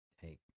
take